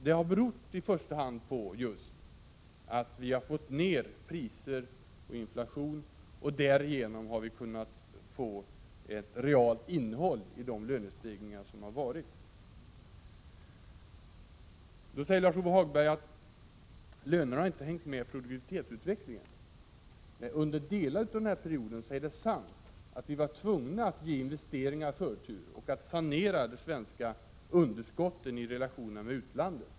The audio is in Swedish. Det har i första hand berott på att vi har fått ned priser och inflation och därigenom kunnat få ett realt innehåll i de lönestegringar som ägt rum. Lars-Ove Hagberg säger att lönerna inte har hängt med produktivitetsutvecklingen. Ja, det är sant att vi under delar av denna period var tvungna att ge investeringar förtur och att sanera de svenska underskotten i relationerna med utlandet.